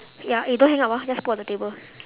ya eh don't hang up ah just put on the table